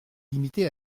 limitée